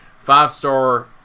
five-star